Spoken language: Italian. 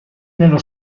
nello